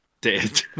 Dead